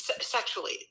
sexually